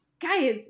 guys